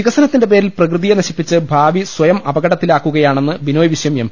വികസനത്തിന്റെ പേരിൽ പ്രകൃതിയെ നശിപ്പിച്ച് ഭാവി സ്വ യം അപകടത്തിലാക്കുകയാണെന്ന് ബിനോയ് വിശ്വം എം